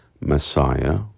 Messiah